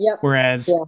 Whereas